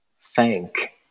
Thank